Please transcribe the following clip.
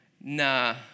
nah